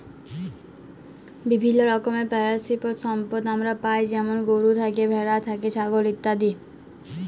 বিভিল্য রকমের পেরালিসম্পদ আমরা পাই যেমল গরু থ্যাকে, ভেড়া থ্যাকে, ছাগল ইত্যাদি